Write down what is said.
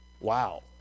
Wow